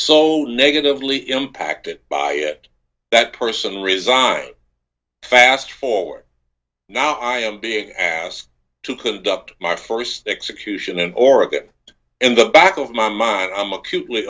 so negatively impacted by it that person resigned fast forward now i am being asked to conduct my first execution in oregon in the back of my mind i'm acutely